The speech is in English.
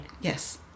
Yes